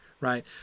right